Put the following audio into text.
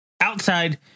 Outside